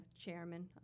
chairman